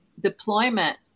deployment